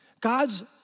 God's